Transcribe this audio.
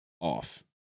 off